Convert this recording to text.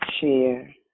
share